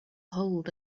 hold